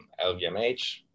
LVMH